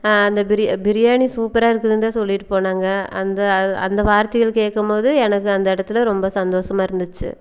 அந்த பிரி பிரியாணி சூப்பராக இருக்குதுன்னு தான் சொல்லிட்டு போனாங்க அந்த அ அந்த வார்த்தைகள் கேட்கம்போது எனக்கு அந்த இடத்துல ரொம்ப சந்தோஷமா இருந்துச்சு